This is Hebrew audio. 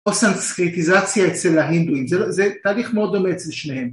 או סנסקרטיזציה אצל ההינדואים זה תהליך מאוד דומה אצל שניהם